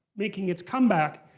making its comeback.